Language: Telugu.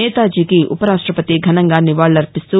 నేతాజీకి ఉవరాష్టవతి భునంగా నివాళులర్పిన్తూ